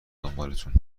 دنبالتون